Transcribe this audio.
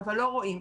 אבל לא רואים,